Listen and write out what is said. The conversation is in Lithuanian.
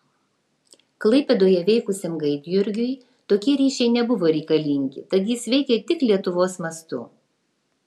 klaipėdoje veikusiam gaidjurgiui tokie ryšiai nebuvo reikalingi tad jis veikė tik lietuvos mastu